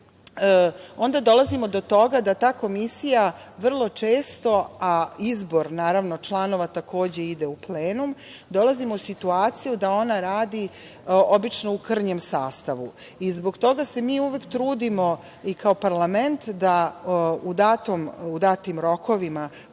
onda dolazimo do toga da ta komisija vrlo često, a izbor naravno članova takođe ide u plenum, dolazimo u situaciju da ona radi obično u krnjem sastavu. Zbog toga se mi uvek trudimo i kao parlament da u datim rokovima